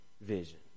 vision